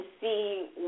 see